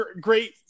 great